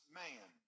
man